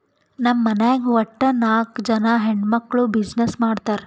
ನಮ್ ಮನ್ಯಾಗ್ ವಟ್ಟ ನಾಕ್ ಜನಾ ಹೆಣ್ಮಕ್ಕುಳ್ ಬಿಸಿನ್ನೆಸ್ ಮಾಡ್ತಾರ್